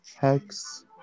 hex